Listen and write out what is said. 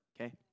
okay